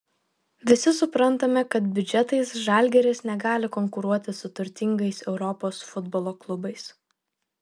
visi suprantame kad biudžetais žalgiris negali konkuruoti su turtingais europos futbolo klubais